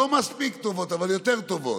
לא מספיק טובות, אבל יותר טובות.